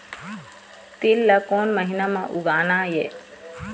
तील ला कोन महीना म उगाना ये?